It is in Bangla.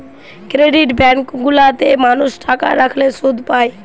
ক্রেডিট বেঙ্ক গুলা তে মানুষ টাকা রাখলে শুধ পায়